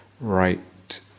right